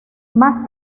más